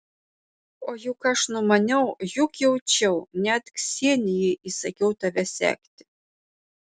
o juk aš numaniau juk jaučiau net ksenijai įsakiau tave sekti